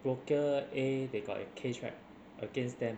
broker A they got a case right against them